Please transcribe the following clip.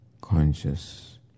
conscious